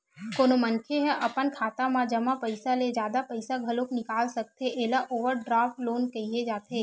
कोनो मनखे ह अपन खाता म जमा पइसा ले जादा पइसा घलो निकाल सकथे एला ओवरड्राफ्ट लोन केहे जाथे